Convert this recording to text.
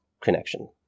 connection